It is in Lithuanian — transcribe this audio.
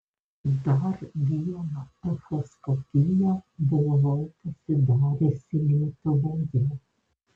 dar vieną echoskopiją buvau pasidariusi lietuvoje